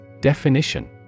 Definition